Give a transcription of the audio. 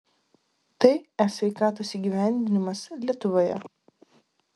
tai e sveikatos įgyvendinimas lietuvoje